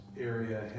area